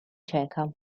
ceca